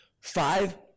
five